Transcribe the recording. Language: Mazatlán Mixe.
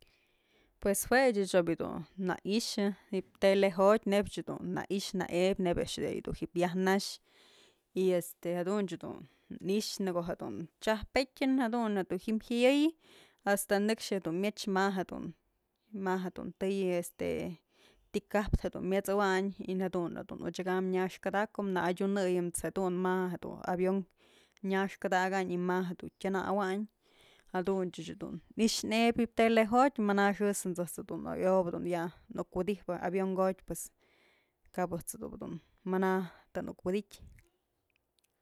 Pues juech ëch obyë dun na i'ixë ji'ib tele jotyë neybch dun na'a i'ixë na'a ebyë neyb a'ax da'a dun ji'ib yaj nax y jadunch jedun i'ixë në ko'o jedun chyajpetyën jadun jedun ji'i jayëy hasta nëkxë jedun myech ma jedun ma'a jedun tëyë ti'i kaptë dun myet'sëwayn y jadun jedun odyëkam nyax kadakombë na'a adyunëyëmëts jedun ma'a jedun avion nyaxkadakayn y ma'a jedun tyënawyn jaduntyëch dun i'ixë ebyëji'ib tele jotyë mana xë ëjt's dun ayobë ya'a nuk wëdyjpë ya'a avion jotyë pues kap ëjt's ob dun mana të nuk wi'idytyë.